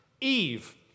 Eve